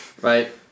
Right